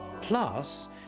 Plus